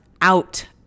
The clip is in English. out